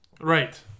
Right